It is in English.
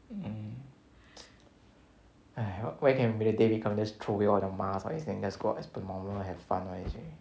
mm when can the day come can just throw away all the mask all these then just go out as per normal have fun all these already